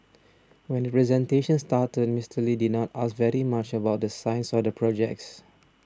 when the presentation started Mister Lee did not ask very much about the science or the projects